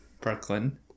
Brooklyn